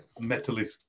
Metalist